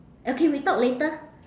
okay we talk later